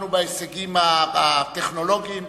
אנחנו בהישגים הטכנולוגיים,